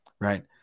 right